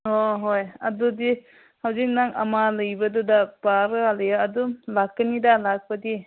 ꯑꯣ ꯍꯣꯏ ꯑꯗꯨꯗꯤ ꯍꯧꯖꯤꯛ ꯅꯪ ꯑꯃ ꯂꯩꯕꯗꯨꯗ ꯄꯥꯔꯒ ꯂꯩꯌꯣ ꯑꯗꯨꯝ ꯂꯥꯛꯀꯅꯤꯗ ꯂꯥꯛꯄꯗꯤ